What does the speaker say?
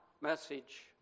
message